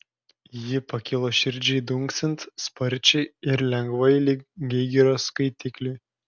ji pakilo širdžiai dunksint sparčiai ir lengvai lyg geigerio skaitikliui